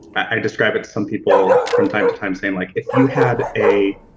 i describe it to some people from time to time saying like, if you have a